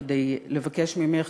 כדי לבקש ממך,